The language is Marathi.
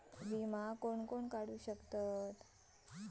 विमा कोण कोण काढू शकता?